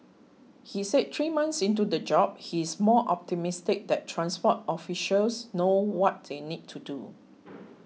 he said three months into the job he is more optimistic that transport officials know what they need to do